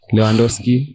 Lewandowski